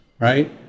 right